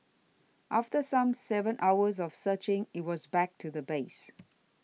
after some seven hours of searching it was back to the base